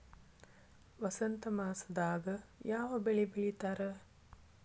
ವಸಂತ ಮಾಸದಾಗ್ ಯಾವ ಬೆಳಿ ಬೆಳಿತಾರ?